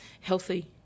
healthy